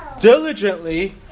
Diligently